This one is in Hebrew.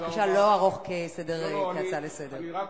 בבקשה לא ארוך כמו הצעה לסדר-היום.